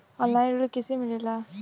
Online ऋण कैसे मिले ला?